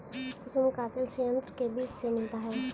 कुसुम का तेल संयंत्र के बीज से मिलता है